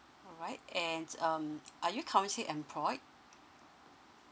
right and um are you currently employed